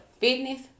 fitness